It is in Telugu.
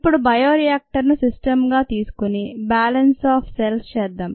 ఇప్పుడు బయో రియాక్టర్ ను సిస్టమ్ గా తీసుకొని బ్యాలెన్స్ ఆన్ సెల్స్ చేద్దాం